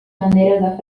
banderes